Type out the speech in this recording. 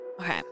Okay